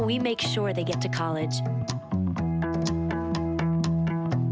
we make sure they get to college